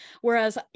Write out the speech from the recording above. Whereas